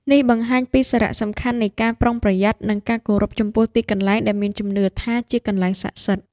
នេះបង្ហាញពីសារៈសំខាន់នៃការប្រុងប្រយ័ត្ន និងការគោរពចំពោះទីកន្លែងដែលមានជំនឿថាជាកន្លែងស័ក្តិសិទ្ធិ។